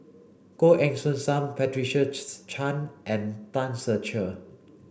Goh Eng Soon Sam Patricia Chan and Tan Ser Cher